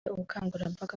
ubukangurambaga